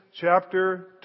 chapter